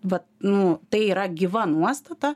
vat nu tai yra gyva nuostata